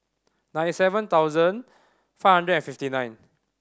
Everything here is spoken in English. ninety seven thousand five hundred and fifty nine